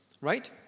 right